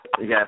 Yes